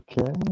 Okay